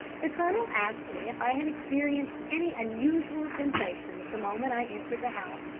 the colonel asked me if i had experienced any unusual sensations the moment i entered the house,